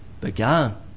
began